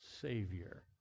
Savior